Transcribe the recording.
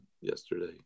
yesterday